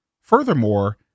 Furthermore